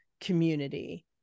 community